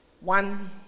One